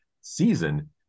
season